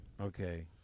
Okay